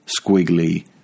squiggly